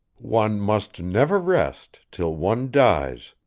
one must never rest till one dies,